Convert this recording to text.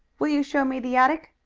will you show me the attic?